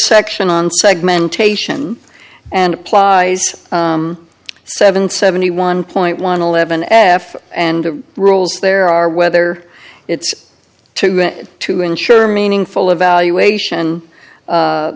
section on segmentation and applies seven seventy one point one eleven f and the rules there are whether it's two to ensure meaningful evaluation